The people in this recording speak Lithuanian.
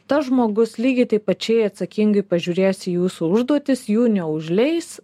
tas žmogus lygiai taip pačiai atsakingai pažiūrės į jūsų užduotis jų neužleis